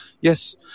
Yes